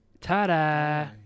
Ta-da